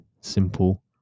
simple